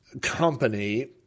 company